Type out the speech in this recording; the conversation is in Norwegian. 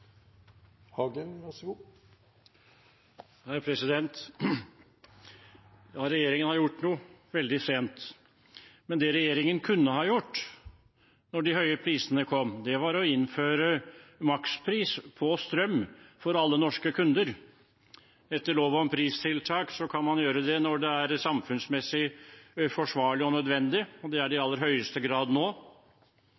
Ja, regjeringen har gjort noe – veldig sent. Men det regjeringen kunne ha gjort da de høye prisene kom, var å innføre makspris på strøm for alle norske kunder. Etter lov om pristiltak kan man gjøre det når det er samfunnsmessig forsvarlig og nødvendig, og det er det i